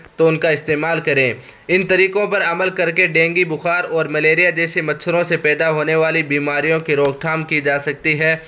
تو ان کا استعمال کریں ان طریقوں پر عمل کر کے ڈینگی بخار اور ملیریا جیسے مچھروں سے پیدا ہونے والی بیماریوں کی روک تھام کی جا سکتی ہے